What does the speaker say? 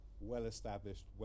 well-established